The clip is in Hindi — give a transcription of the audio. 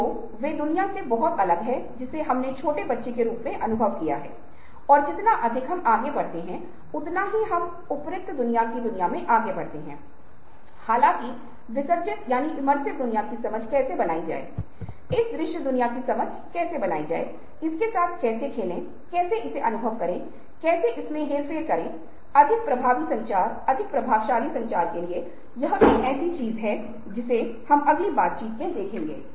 तो मस्तिष्क के दोनों हिस्से महत्वपूर्ण सोच और समस्या को हल करने में शामिल हैं और विभिन्न क्षेत्र जो विभिन्न गतिविधियों में शामिल हैं उन्हें यहां दिखाया गया है